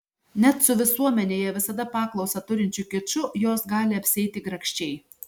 net su visuomenėje visada paklausą turinčiu kiču jos gali apsieiti grakščiai